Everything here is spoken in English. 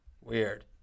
Weird